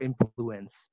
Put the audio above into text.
influence